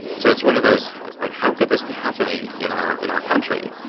so it's one of those, like how could this be happening in our in our country?